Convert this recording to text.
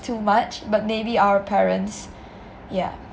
too much but maybe our parents ya